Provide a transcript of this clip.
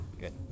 Good